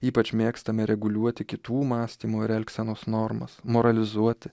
ypač mėgstame reguliuoti kitų mąstymo ir elgsenos normas moralizuoti